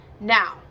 Now